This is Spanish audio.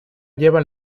lleva